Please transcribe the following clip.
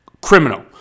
Criminal